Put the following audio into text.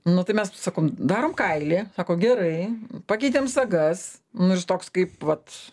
nu tai mes sakom darom kailį sako gerai pakeitėm sagas nu ir jis toks kaip vat